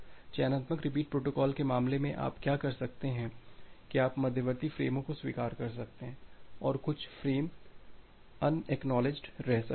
चयनात्मक repeat protocol के मामले में आप क्या कर सकते हैं कि आप मध्यवर्ती फ़्रेमों को स्वीकार कर सकते हैं और कुछ फ़्रेम अनएकनॉलेजड रह सकते हैं